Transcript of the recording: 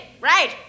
Right